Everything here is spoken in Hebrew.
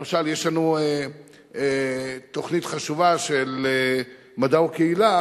למשל, יש לנו תוכנית חשובה של "מדע וקהילה"